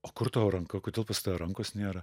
o kur tavo ranka kodėl pas tave rankos nėra